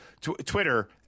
Twitter